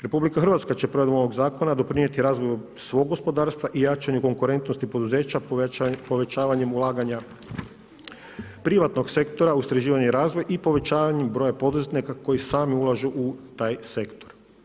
RH će prijedlogom ovog zakona doprinijeti razvoju svog gospodarstva i jačanje konkurentnosti poduzeća povećavanjem ulaganja privatnog sektora u istraživanje i razvoj i povećanje broja poduzetnika koji sami ulažu u taj sektor.